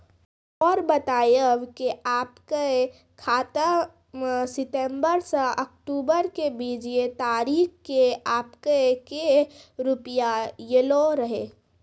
और बतायब के आपके खाते मे सितंबर से अक्टूबर के बीज ये तारीख के आपके के रुपिया येलो रहे?